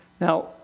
now